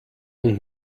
und